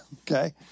Okay